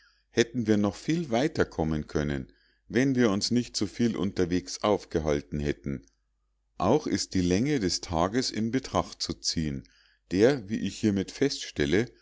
hätten wir noch viel weiter kommen können wenn wir uns nicht so viel unterwegs aufgehalten hätten auch ist die länge des tags in betracht zu ziehen der wie ich hiemit feststelle